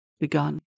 begun